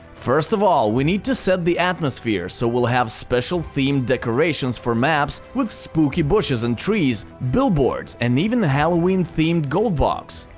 first of all, we need to set the atmosphere, so we'll have special themed decorations for maps, with spooky bushes and trees, billboards, and even a halloween-themed gold box.